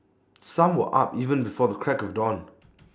some were up even before the crack of dawn